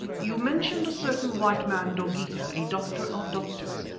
you mentioned a certain white man, dogeetah, a doctor of doctors,